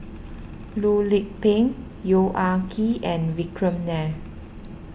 Loh Lik Peng Yong Ah Kee and Vikram Nair